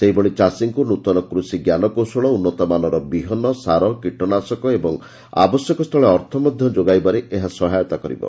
ସେହିଭଳି ଚାଷୀଙ୍କୁ ନୂତନ କୃଷି ଜ୍ଞାନକୌଶଳ ଉନ୍ନତମାନର ବିହନ ସାର କୀଟନାଶକ ଏବଂ ଆବଶ୍ୟକ ସ୍ଥଳେ ଅର୍ଥ ମଧ୍ୟ ଯୋଗାଇବାରେ ଏହା ସହାୟତା କରିବ